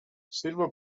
silver